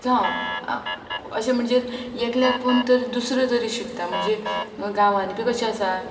जावं अशें म्हणजे एकल्या पळोवन तरी दुसरें तरी शिकता म्हणजे गांवांनी बी कशें आसा